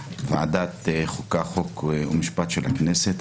ועדת החוקה, חוק ומשפט של הכנסת.